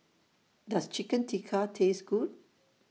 Does Chicken Tikka Taste Good